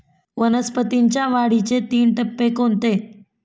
वनस्पतींच्या वाढीचे तीन टप्पे कोणते?